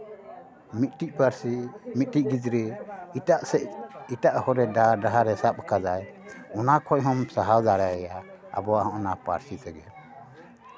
ᱢᱤᱫᱴᱤᱡ ᱯᱟᱹᱨᱥᱤ ᱢᱤᱫᱴᱤᱡ ᱜᱤᱫᱽᱨᱟᱹ ᱮᱴᱟᱜ ᱥᱮᱫ ᱮᱴᱟᱜ ᱦᱚᱨ ᱰᱟᱦᱟᱨᱮ ᱥᱟᱵ ᱟᱠᱟᱫᱟᱭ ᱚᱱᱟ ᱠᱷᱚᱡ ᱦᱚᱢ ᱥᱟᱦᱟ ᱫᱟᱲᱮᱣᱟᱭᱟ ᱟᱵᱚᱣᱟᱜ ᱚᱱᱟ ᱯᱟᱹᱨᱥᱤ ᱛᱮᱜᱮ